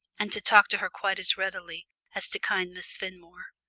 and to talk to her quite as readily as to kind miss fenmore.